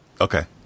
okay